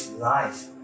life